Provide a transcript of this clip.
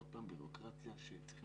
עוד פעם בירוקרטיה לכל